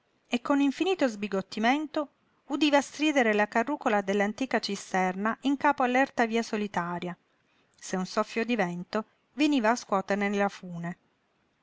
e con infinito sbigottimento udiva stridere la carrucola dell'antica cisterna in capo all'erta via solitaria se un soffio di vento veniva a scuoterne la fune